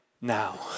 now